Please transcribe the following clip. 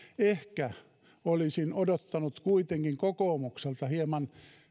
ehkä olisin odottanut kuitenkin kokoomukselta hieman